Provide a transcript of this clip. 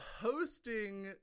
Hosting